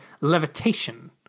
levitation